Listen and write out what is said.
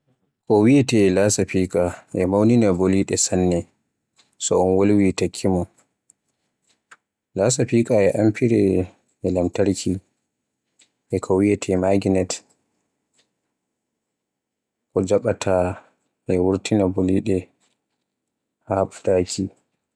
Ko wiyeete lasafika e mawnina boliɗe sanne, so un wolwi takki mun, lasafika e amfire e lamtarki e ko wiyeete miginet ko jaaɓata e wutine boliɗe haa ɓadaaki.